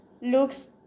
looks